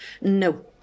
No